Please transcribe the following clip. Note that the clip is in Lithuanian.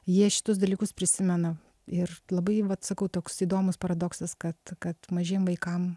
jie šitus dalykus prisimena ir labai vat sakau toks įdomus paradoksas kad kad mažiem vaikam